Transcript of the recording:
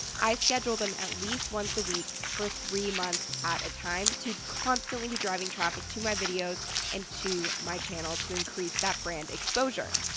i schedule them at least once a week for three months at a time to constantly be driving traffic to my videos and to my channel to increase that brand exposure.